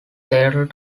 settled